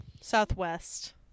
Southwest